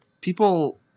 people